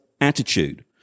attitude